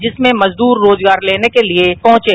जिसमें मजूदर रोजगार लेने के लिए पहुंचे